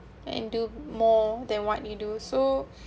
and do more than what you do so